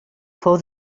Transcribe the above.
fou